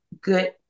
good